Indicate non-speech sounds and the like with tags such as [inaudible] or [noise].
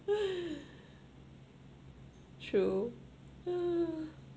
[laughs] true [laughs]